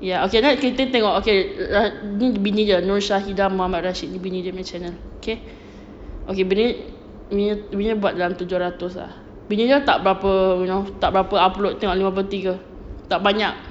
ya okay now kita tengok okay ni bini dia nur shahida muhammad rashid bini dia punya channel okay bini dia bini bini dia buat dalam tujuh ratus ah bini dia tak berapa you know tak berapa upload tengok lima puluh tiga tak banyak